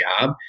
job